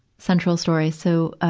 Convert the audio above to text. central story. so, um,